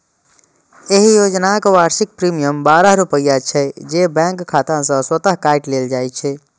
एहि योजनाक वार्षिक प्रीमियम बारह रुपैया छै, जे बैंक खाता सं स्वतः काटि लेल जाइ छै